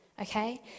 okay